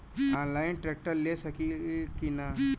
Online tractor ले सकीला कि न?